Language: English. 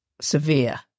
severe